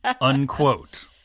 Unquote